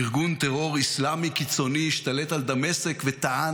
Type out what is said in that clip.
ארגון טרור אסלאמי קיצוני השתלט על דמשק וטען